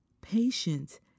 patient